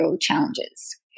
challenges